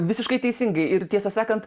visiškai teisingai ir tiesą sakant